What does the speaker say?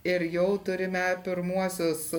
ir jau turime pirmuosius